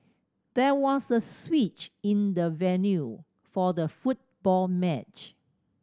there was a switch in the venue for the football match